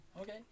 Okay